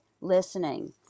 listening